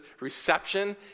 reception